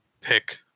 pick